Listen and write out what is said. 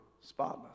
spotless